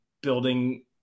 building